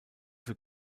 für